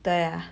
对啊